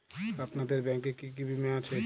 আপনাদের ব্যাংক এ কি কি বীমা আছে?